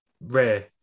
rare